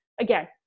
again